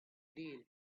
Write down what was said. deal